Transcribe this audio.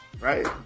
Right